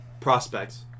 prospects